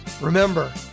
Remember